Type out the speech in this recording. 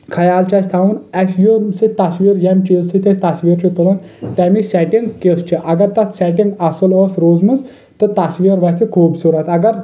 خیال چھُ اسہِ تھاوُن اسہِ یم سۭتۍ تصویر ییٚمہِ چیٖز سۭتۍ أسۍ تصویر چھِ تُلان تمیِچ سیٚٹنگ کژھ چھِ اگر تتھ سیٚٹنگ اصٕل ٲس روزمٕژ تہٕ تصویر وۄتھِ خوبصورت اگر